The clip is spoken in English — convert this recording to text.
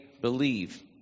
believe